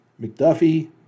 McDuffie